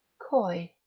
coy,